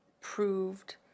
proved